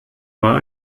war